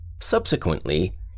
Subsequently